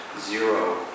zero